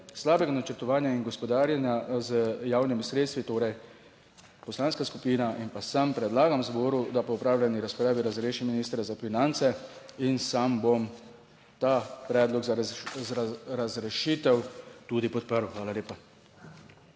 slabega načrtovanja in gospodarjenja z javnimi sredstvi. Torej, poslanska skupina in pa sam predlagam zboru, da po opravljeni razpravi razreši ministra za finance in sam bom ta predlog za razrešitev tudi podprl. Hvala lepa.